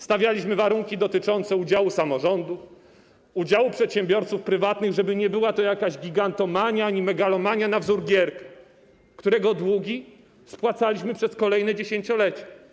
Stawialiśmy warunki dotyczące udziału samorządu, udziału przedsiębiorców prywatnych, żeby nie była to jakaś gigantomania ani megalomania na wzór Gierka, którego długi spłacaliśmy przez kolejne dziesięciolecia.